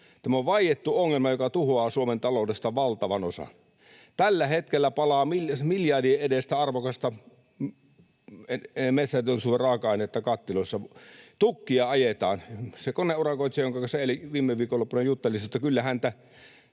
Tämä on vaiettu ongelma, joka tuhoaa Suomen taloudesta valtavan osan. Tällä hetkellä palaa miljardin edestä arvokasta metsäteollisuuden raaka-ainetta kattiloissa, tukkia ajetaan. Se koneurakoitsija, jonka kanssa viime viikonloppuna juttelin, sanoi, että kyllä hänellä